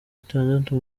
itandatu